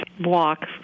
walk